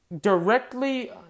directly